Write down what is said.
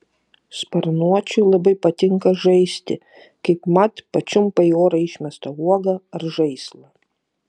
sparnuočiui labai patinka žaisti kaipmat pačiumpa į orą išmestą uogą ar žaislą